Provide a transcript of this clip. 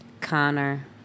Connor